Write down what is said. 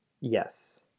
Yes